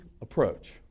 approach